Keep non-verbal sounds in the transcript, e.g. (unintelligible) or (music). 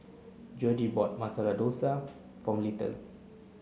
Jodie bought Masala Dosa for (unintelligible)